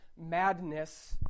madness